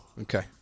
Okay